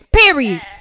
Period